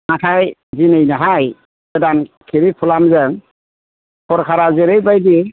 नाथाय दिनैनाहाय गोदान केरिकुलामजों सरकारा जेरैबादि